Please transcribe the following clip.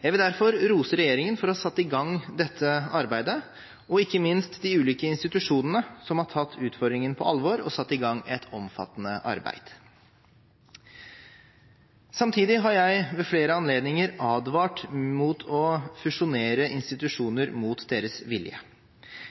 Jeg vil derfor rose regjeringen for å ha satt i gang dette arbeidet, og ikke minst de ulike institusjonene som har tatt utfordringen på alvor, og satt i gang et omfattende arbeid. Samtidig har jeg ved flere anledninger advart mot å fusjonere institusjoner mot deres vilje.